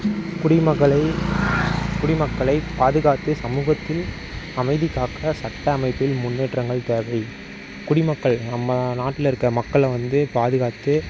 குடிமக்களை குடிமக்களை பாதுகாத்து சமூகத்தில் அமைதி காக்க சட்ட அமைப்பில் முன்னேற்றங்கள் தேவை குடிமக்கள் நம்ம நாட்டில் இருக்க மக்களை வந்து பாதுகாத்து